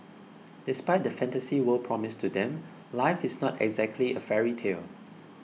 despite the fantasy world promised to them life is not exactly a fairy tale